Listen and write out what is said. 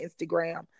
Instagram